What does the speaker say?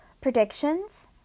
predictions